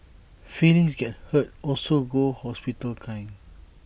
feelings get hurt also go hospital kind